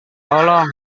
tolong